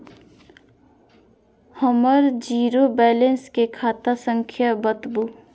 हमर zero balance के खाता संख्या बतबु?